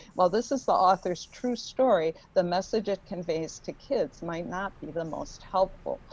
well, this is the author's true story, the message it conveys to kids might not be the most helpful.